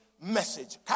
message